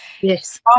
Yes